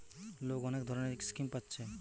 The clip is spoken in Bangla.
লোক অনেক ধরণের স্কিম পাচ্ছে